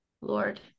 Lord